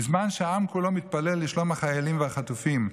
בזמן שהעם כולו מתפלל לשלום החיילים והחטופים,